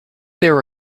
there